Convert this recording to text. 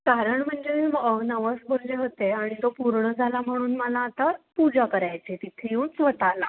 कारण म्हणजे नवस बोलले होते आणि तो पूर्ण झाला म्हणून मला आता पूजा करायची आहे तिथे येऊन स्वतःला